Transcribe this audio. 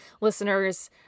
listeners